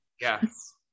yes